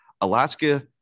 Alaska